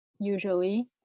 usually